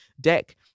deck